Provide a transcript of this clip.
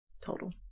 total